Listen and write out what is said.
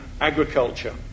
agriculture